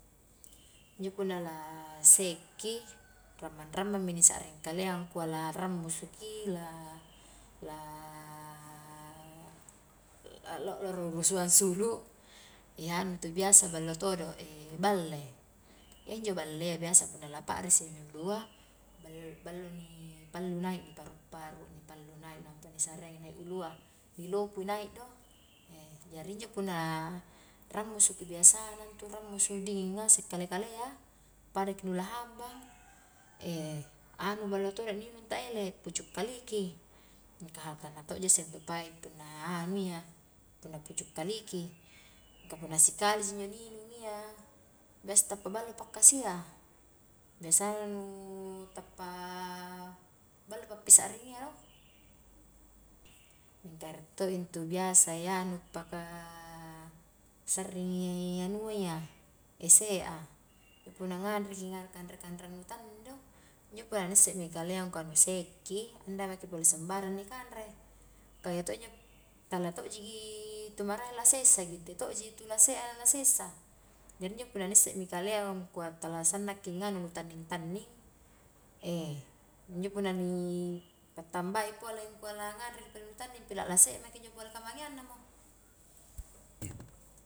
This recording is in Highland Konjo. Injo punna la sekki, rammang-rammang mi ni sa'ring kalea angkua la rammusuki, la lo'loro urusua ansulu anu intu biasa ballo todo e balle, iya injo ballea biasa punna lapa'risi mi ulua bal-ballo ni pallu nai, ni paru-paru ni pallu nai nampa ni sareang i naik ulua ni lopu i naik do, jari injo punna rammusuki biasa na intu rammusus dinging ngase kale-kalea, padaki nu la hambang, anu ballo todo ni inung ta ele, pucuk kaliki, mingka hatangna todoja isse intu pai' punna anu iya, punna pucuk kaliki, ka punna sikalija injo ni inung iya biasa tappa ballo pakkasia a, biasana nu tappa ballo pappisa'ringia do, mingka rie todo intu biasa anu paka sarring i anu a iya, ese' a, punna ngangreki kanre-kanreang nu tanning do, injo punna ni issemi kalea punna nu sekki, anda maki pole sambarang ni kanre, ka iya to injo tala tu maraeng la sessa, gitte to ji tu la se'a la sessa, jari injo punna ni issemi kale angkua tala sannaki nganu nu tanning-tanning, injo punna ni pattambai pole angkua langangreki nu tanning, pila la se' maki injo pole kamangeang na mo.